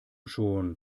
schon